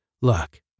Look